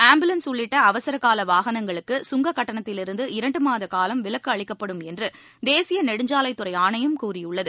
ambulance உள்ளிட்ட அவசர கால வாகனங்களுக்கு சுங்க கட்டணத்திலிருந்து இரண்டு மாத காலம் விலக்கு அளிக்கப்படும் என்று தேசிய நெடுஞ்சாலைத்துறை ஆணையம் கூறியுள்ளது